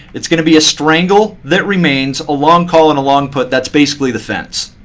it's going to be a strangle that remains, a long call and a long put, that's basically the fence.